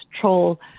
troll